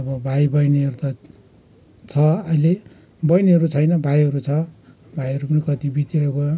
अब भाइ बहिनीहरू त छ अहिले बहिनीहरू छैन भाइहरू छ भाइहरू पनि कति बितेर गयो